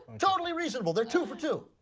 totally reasonable, they are two for two.